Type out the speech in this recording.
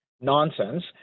nonsense